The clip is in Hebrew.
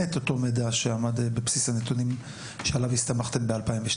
את אותו מידע שעמד בבסיס הנתונים שעליו הסתמכתם ב-2012?